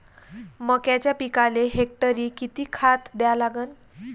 मक्याच्या पिकाले हेक्टरी किती खात द्या लागन?